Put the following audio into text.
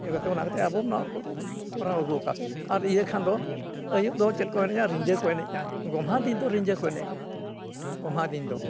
ᱤᱭᱟᱹ ᱠᱟᱛᱮ ᱚᱱᱟᱠᱟᱛᱮ ᱟᱵᱚ ᱚᱱᱟ ᱠᱚᱫᱚ ᱠᱚᱨᱟᱣ ᱟᱹᱜᱩ ᱟᱠᱟᱫᱟ ᱟᱨ ᱤᱭᱟᱹ ᱠᱷᱟᱱ ᱫᱚ ᱟᱹᱭᱩᱵ ᱫᱚ ᱪᱮᱫ ᱠᱚ ᱢᱮᱱᱮᱫᱟ ᱨᱤᱡᱟᱹ ᱠᱚ ᱮᱱᱮᱡᱟ ᱜᱚᱢᱦᱟ ᱫᱤᱱ ᱫᱚ ᱨᱤᱡᱟᱹ ᱠᱚ ᱮᱱᱮᱡᱟ ᱜᱚᱢᱦᱟ ᱫᱤᱱ ᱫᱚ